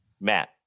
Matt